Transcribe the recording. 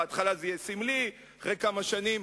בהתחלה זה יהיה סמלי, אחרי כמה שנים